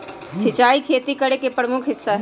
सिंचाई खेती करे के प्रमुख हिस्सा हई